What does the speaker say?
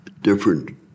different